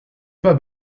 pas